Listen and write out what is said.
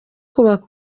kubaka